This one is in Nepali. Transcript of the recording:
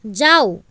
जाऊ